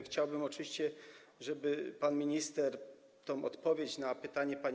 Chciałbym oczywiście, żeby pan minister odpowiedź na pytanie pani